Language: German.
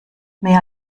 mehr